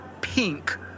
pink